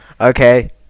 Okay